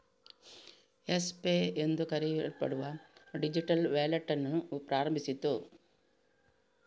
Yes pay ಎಂದು ಕರೆಯಲ್ಪಡುವ digital wallet ಅನ್ನು ಪ್ರಾರಂಭಿಸಿತು